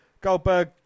Goldberg